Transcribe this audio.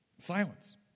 Silence